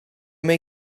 may